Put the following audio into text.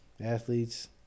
athletes